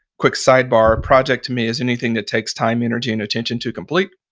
quick sidebar a project to me is anything that takes time, energy and attention to complete,